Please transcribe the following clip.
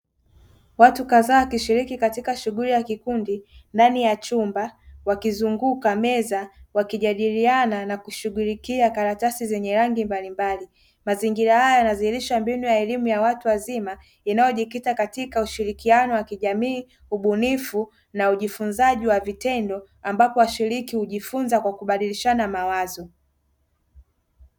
Watu kadhaa wakishiriki katika shughuli ya kikundi ndani ya chumba wakizunguka meza wakijadiliana na kushughulikia karatasi zenye rangi mbalimbali. Mazingira hayo yanadhihilisha mbinu ya watu wazima inayojikita katika ushirikiano wa kijamii ubunifu na ujifunzaji wa vitendo ambapo washiriki hujifunza kwa kubadilishana mawazo.